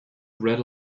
read